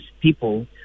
people